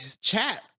chat